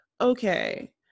okay